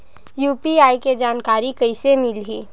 UPI के जानकारी कइसे मिलही?